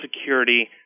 security